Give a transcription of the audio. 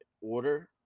order